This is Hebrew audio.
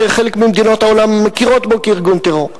שחלק ממדינות העולם מכירות בו כארגון טרור,